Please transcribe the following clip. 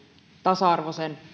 tasa arvoisen